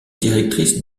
directrice